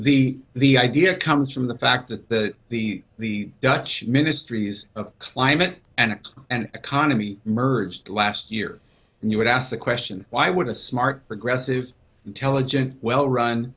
the the idea comes from the fact that the the dutch ministries of climate and and economy emerged last year and you would ask the question why would a smart progressive intelligent well run